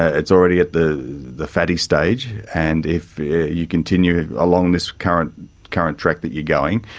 ah it's already at the the fatty stage and if you continue along this current current track that you're going,